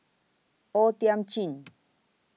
O Thiam Chin